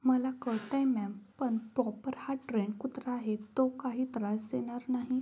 मला कळतं आहे मॅम पण प्रॉपर हा ट्रेंड कुत्रा आहे तो काही त्रास देणार नाही